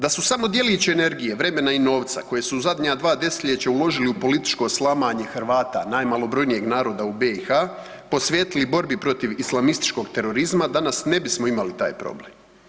Da su samo djelić energije, vremena i novca koje su u zadnja 2 desetljeća uložili u političko slamanje Hrvata, najmalobrojnijeg naroda u BiH, posvetili borbi protiv islamističkog terorizma, danas ne bismo imali taj problem.